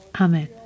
Amen